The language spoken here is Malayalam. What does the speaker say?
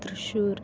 തൃശൂർ